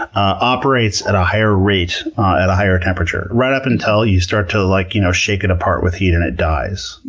operates at a higher rate at a higher temperature right up until you start to like you know shake it apart with heat and it dies.